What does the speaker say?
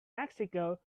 mexico